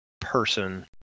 person